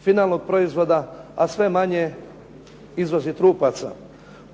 finalnog proizvoda a sve manje izvozi trupaca.